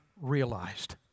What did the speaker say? realized